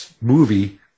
movie